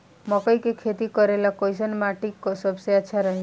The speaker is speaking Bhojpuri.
मकई के खेती करेला कैसन माटी सबसे अच्छा रही?